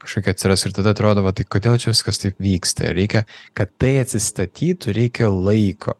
kažkokia atsiras ir tada atrodo vat tai kodėl čia viskas taip vyksta reikia kad tai atsistatytų reikia laiko